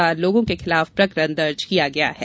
चार लोगों के खिलाफ प्रकरण दर्ज किया गया है